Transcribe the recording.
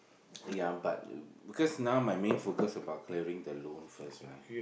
ya but because now my mine focus about clearing the loan first right